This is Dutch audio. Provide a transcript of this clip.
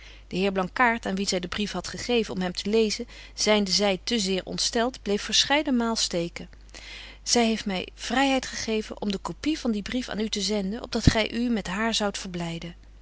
de heer blankaart aan wien zy den brief hadt gegeven om hem te lezen zynde zy te zeer ontstelt bleef verscheiden maal steken zy heeft my vryheid gegeven om de copie van dien brief aan u te zenden op dat gy u met haar zoudt verblyden